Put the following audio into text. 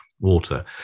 water